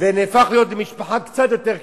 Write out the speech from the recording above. והפך להיות משפחה קצת יותר קטנה,